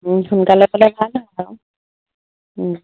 সোনকালে পালে ভাল হয় আও